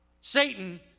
Satan